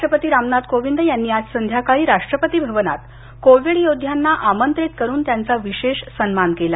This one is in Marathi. राष्ट्रपती रामनाथ कोविंद यांनी आज संध्याकाळी राष्ट्रपती भवनात कोविड योद्ध्यांना आमंत्रित करून त्यांचा विशेष सन्मान केला